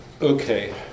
Okay